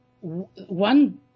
one